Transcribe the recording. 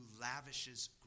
lavishes